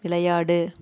விளையாடு